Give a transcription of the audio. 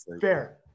Fair